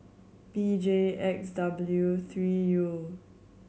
B J X W three U